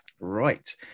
Right